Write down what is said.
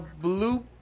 Blue